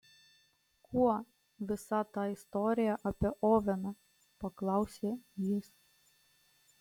kuo visa ta istorija apie oveną paklausė jis